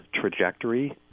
trajectory